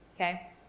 okay